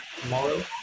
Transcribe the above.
tomorrow